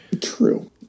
True